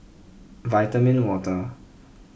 Vitamin Water